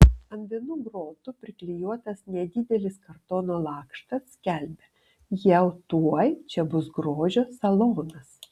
ant vienų grotų priklijuotas nedidelis kartono lakštas skelbia jau tuoj čia bus grožio salonas